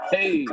Hey